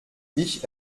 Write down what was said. ich